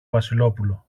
βασιλόπουλο